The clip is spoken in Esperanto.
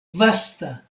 vasta